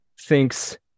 thinks